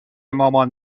مامان